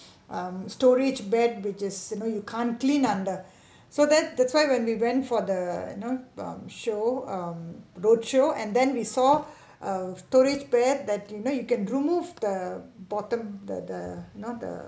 um storage bed which is you know you can't clean under so then that's why when we went for the you know um show um roadshow and then we saw uh storage bed that you know you can remove the bottom the the the you know the